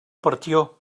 partió